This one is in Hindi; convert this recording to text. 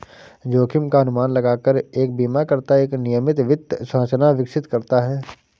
जोखिम का अनुमान लगाकर एक बीमाकर्ता एक नियमित वित्त संरचना विकसित करता है